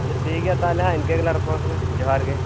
ᱟᱪᱪᱷᱟ ᱴᱷᱤᱠ ᱜᱮᱭᱟ ᱛᱟᱦᱚᱞᱮ ᱦᱟᱜ ᱤᱱᱠᱟᱹ ᱜᱮᱞᱟᱝ ᱨᱚᱯᱚᱲ ᱠᱟᱱᱟ ᱡᱚᱦᱟᱨ ᱜᱮ